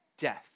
death